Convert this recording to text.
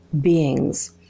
beings